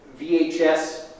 VHS